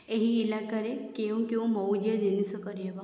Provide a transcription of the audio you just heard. ଏହି ଇଲାକାରେ କେଉଁ କେଉଁ ମଉଜିଆ ଜିନିଷକରି ହେବ